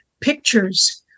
Pictures